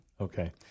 Okay